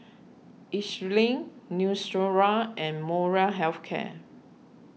Eucerin Neostrara and Molra Health Care